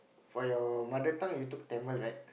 for your mother tongue you took Tamil right